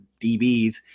DBs